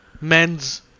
men's